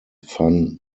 van